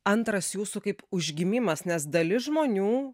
antras jūsų kaip užgimimas nes dalis žmonių